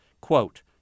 Quote